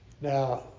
Now